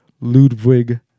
Ludwig